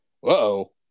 Whoa